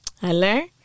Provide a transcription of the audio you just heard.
Hello